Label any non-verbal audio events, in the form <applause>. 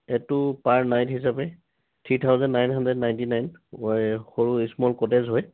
এইটো per night হিচাপে three thousand nine hundred ninety nine <unintelligible> সৰু স্মল কটেজ হয়